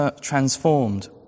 transformed